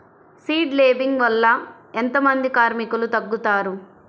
Seed లేంబింగ్ వల్ల ఎంత మంది కార్మికులు తగ్గుతారు?